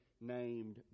named